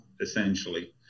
essentially